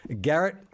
Garrett